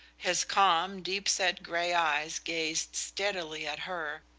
his calm, deep-set gray eyes gazed steadily at her,